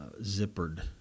zippered